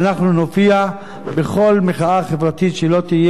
אנחנו נופיע בכל מחאה חברתית שלא תהיה,